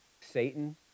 Satan